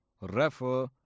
refer